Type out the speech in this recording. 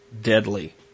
deadly